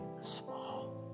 small